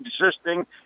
existing